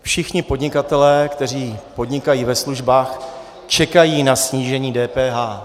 Všichni podnikatelé, kteří podnikají ve službách, čekají na snížení DPH.